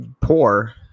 poor